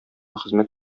хезмәт